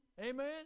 Amen